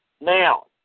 Now